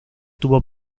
tuvo